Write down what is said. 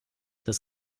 das